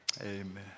Amen